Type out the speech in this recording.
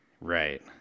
Right